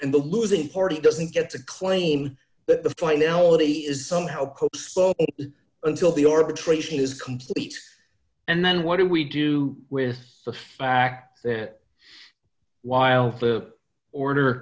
and the losing party doesn't get to claim that the finality is somehow until the arbitration is complete and then what do we do with the fact that while the order